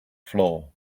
floor